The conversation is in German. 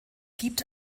gibt